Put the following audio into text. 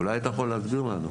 אולי אתה יכול להסביר לנו.